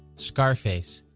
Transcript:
scarface.